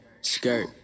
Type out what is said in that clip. skirt